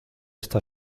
está